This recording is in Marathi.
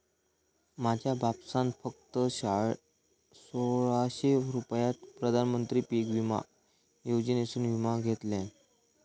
माझ्या बापसान फक्त सोळाशे रुपयात प्रधानमंत्री पीक विमा योजनेसून विमा घेतल्यान